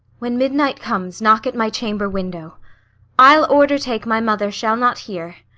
when midnight comes, knock at my chamber window i'll order take my mother shall not hear.